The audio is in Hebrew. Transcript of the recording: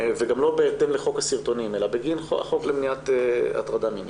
וגם לא בהתאם לחוק הסרטונים אלא בגין החוק למניעת הטרדה מינית.